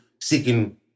seeking